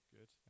Good